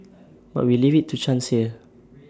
but we leave IT to chance here